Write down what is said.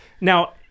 Now